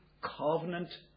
covenant